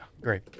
Great